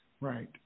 Right